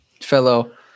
fellow